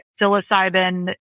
psilocybin